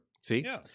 See